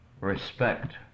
respect